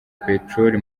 peteroli